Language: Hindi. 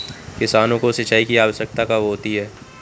किसानों को सिंचाई की आवश्यकता कब होती है?